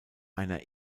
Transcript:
einer